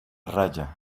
raya